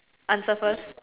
answer first